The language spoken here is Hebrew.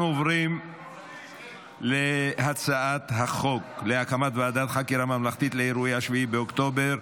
אנחנו עוברים להצעת החוק להקמת ועדת חקירה ממלכתית לאירועי 7 באוקטובר,